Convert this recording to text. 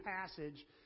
passage